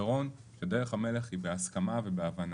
הפתרון שדרך המלך היא בהבנה ובהסכמה.